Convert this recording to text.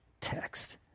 text